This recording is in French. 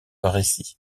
récits